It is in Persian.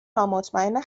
نامطمئن